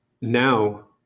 Now